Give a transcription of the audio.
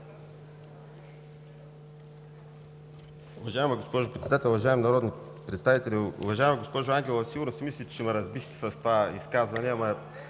Уважаема госпожо Председател, уважаеми народни представители! Уважаема госпожо Ангелова, сигурно си мислите, че ме разбихте с това изказване.